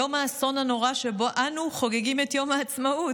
יום האסון הנורא שבו אנו חוגגים את יום העצמאות,